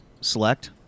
Select